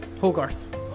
Hogarth